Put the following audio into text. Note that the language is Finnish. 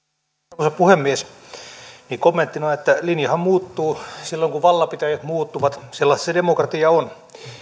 arvoisa puhemies kommenttina että linjahan muuttuu silloin kun vallanpitäjät muuttuvat sellaista se demokratia on